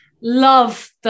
love